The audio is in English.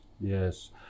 yes